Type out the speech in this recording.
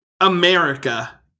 America